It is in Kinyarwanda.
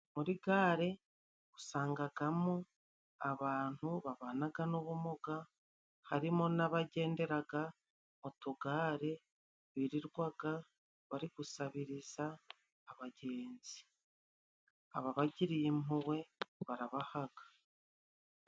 Muri gare usangagamo abantu babanaga n'ubumuga. Harimo n'abagenderaga mu tugare, birirwaga bari gusabiriza abagenzi, ababagiriye impuhwe barabahaga.